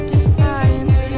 Defiance